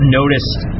noticed